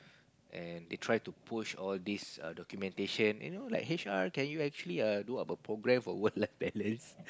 and they try to push all these err documentation you know like H_R can you actually err do a program for work life balance